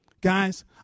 Guys